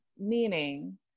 Meaning